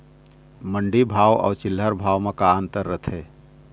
मंडी भाव अउ चिल्हर भाव म का अंतर रथे?